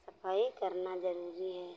सफाई करना जरूरी है